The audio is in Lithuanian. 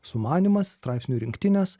sumanymas straipsnių rinktinės